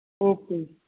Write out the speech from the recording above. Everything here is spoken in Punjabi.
ਓਕੇ ਜੀ